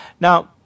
Now